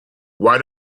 why